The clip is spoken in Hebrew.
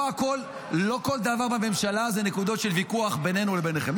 לא כל דבר בממשלה זה נקודות של ויכוח בינינו לביניכם.